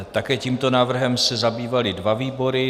Také tímto návrhem se zabývaly dva výbory.